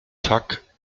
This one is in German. tuck